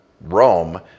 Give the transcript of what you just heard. Rome